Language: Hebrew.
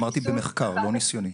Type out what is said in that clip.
אמרתי במחקר, לא ניסיוני.